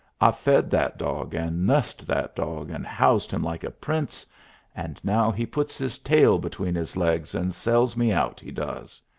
i've fed that dog, and nussed that dog and housed him like a prince and now he puts his tail between his legs and sells me out, he does.